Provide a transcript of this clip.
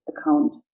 account